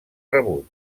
rebuig